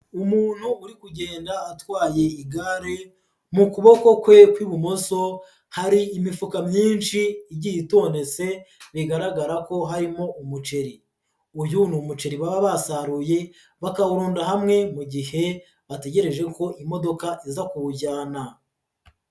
Umuntu uri kugenda atwaye igare mu kuboko kwe kw'ibumoso, hari imifuka myinshi igiye itondetse bigaragara ko harimo umuceri, uyu ni umuceri baba basaruye bakawurunda hamwe mu gihe bategereje ko imodoka iza kuwujyana.